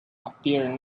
appeared